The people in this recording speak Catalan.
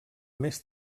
més